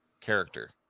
character